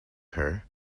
her